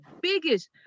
biggest